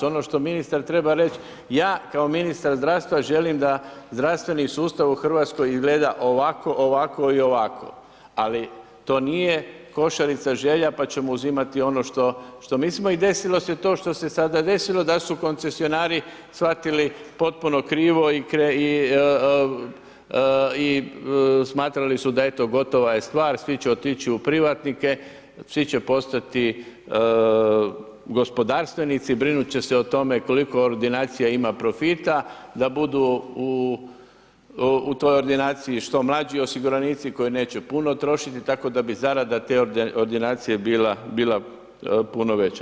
Ono što ministar treba reći da ja kao ministar zdravstva želim da zdravstveni sustav u Hrvatskoj izgleda ovako, ovako i ovako, ali to nije košarica želja pa ćemo uzimati ono što mislimo i desilo se to što se sada desilo da su koncesionari shvatili potpuno krivo i smatrali su da eto gotova je stvar, svi će otići u privatnike, svi će postati gospodarstvenici, brinut će se o tome koliko ordinacija ima profita da budu u toj ordinaciji što mlađi osiguranici koji neće puno trošiti tako da bi zarada te ordinacije bila puno veća.